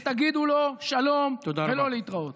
אחר פעם, ותגידו לו שלום ולא להתראות.